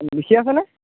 লিখি আছেনে